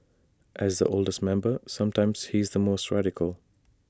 as the oldest member sometimes he's the most radical